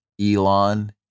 Elon